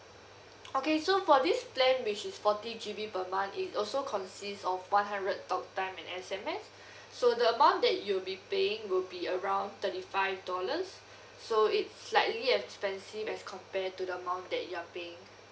okay so for this plan which is forty G_B it also consists of one hundred talk time and S_M_S so the amount that you'll be paying will be around thirty five dollars so it's slightly expensive as compare to the amount that you're paying